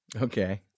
Okay